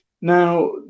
Now